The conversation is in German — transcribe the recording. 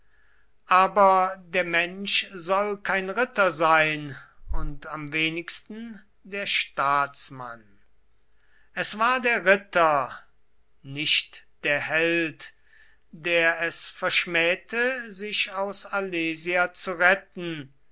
aber der mensch soll kein ritter sein und am wenigsten der staatsmann es war der ritter nicht der held der es verschmähte sich aus alesia zu retten